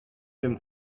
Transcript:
wiem